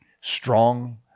strong